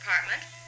apartment